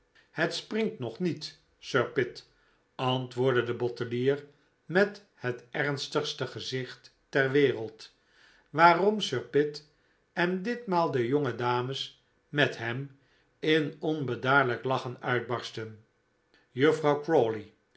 het springt nog niet sir pitt antwoordde de bottelier met het ernstigste gezicht ter wereld waarom sir pitt en ditmaal de jonge dames met hem in onbedaarlijk lachen uitbarstten juffrouw